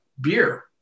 beer